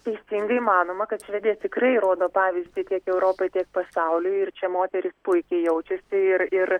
teisingai manoma kad švedija tikrai rodo pavyzdį tiek europai tiek pasauliui ir čia moterys puikiai jaučiasi ir ir